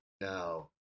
No